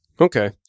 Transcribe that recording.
Okay